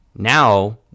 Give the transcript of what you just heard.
Now